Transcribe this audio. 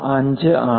5 ആണ്